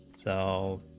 so